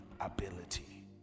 ability